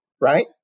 Right